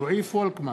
רועי פולקמן,